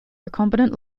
recombinant